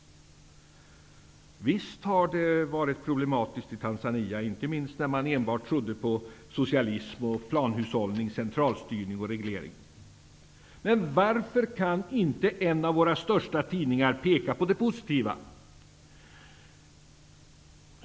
Visst har det varit problematiskt i Tanzania, inte minst när man enbart trodde på socialism, planhushållning, centralstyrning och reglering. Varför kan inte en av våra största tidningar peka på det positiva?